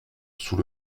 sous